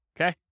Okay